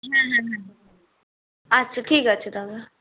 হ্যাঁ হ্যাঁ হ্যাঁ আচ্ছা ঠিক আছে তবে